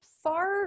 far